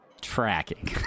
Tracking